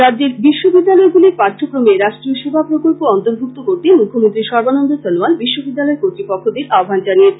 রাজ্যের বিশ্ববিদ্যালয়গুলির পাঠ্যক্রমে রাষ্ট্রীয় সেবা প্রকল্প অর্ন্তভুক্ত মৃখ্যমন্ত্রী সর্বানন্দ সনোয়াল বিশ্ববিদ্যালয় কর্তৃপক্ষদের আহ্বান করতে জানিয়েছেন